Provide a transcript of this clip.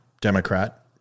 Democrat